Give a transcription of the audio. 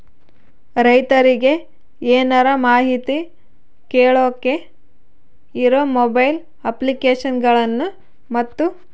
ರೈತರಿಗೆ ಏನರ ಮಾಹಿತಿ ಕೇಳೋಕೆ ಇರೋ ಮೊಬೈಲ್ ಅಪ್ಲಿಕೇಶನ್ ಗಳನ್ನು ಮತ್ತು?